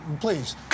please